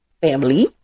family